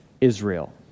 Israel